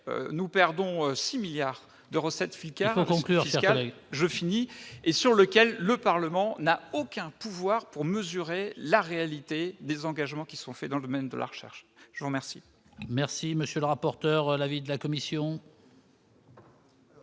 nous perdons 6 milliards de recettes fiscales conclure je finis et sur lequel le Parlement n'a aucun pouvoir pour mesurer la réalité des engagements qui sont faits dans le domaine de la recherche, Jean merci.